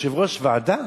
כיושב-ראש ועדה?